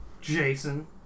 Jason